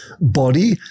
body